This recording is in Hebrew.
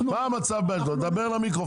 מה המצב באשדוד?